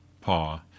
paw